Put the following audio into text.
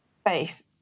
face